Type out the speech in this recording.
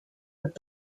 with